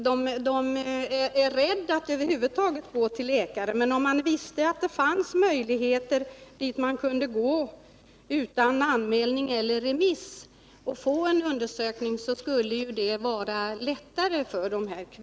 De är rädda för att över huvud taget gå till läkare. Men om de visste att det fanns möjlighet att gå till en undersökning utan anmälan eller remiss skulle det vara lättare för dem.